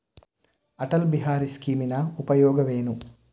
ಅಟಲ್ ಬಿಹಾರಿ ಸ್ಕೀಮಿನ ಉಪಯೋಗವೇನು?